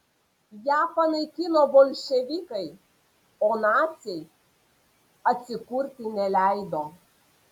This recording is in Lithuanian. ją panaikino bolševikai o naciai atsikurti neleido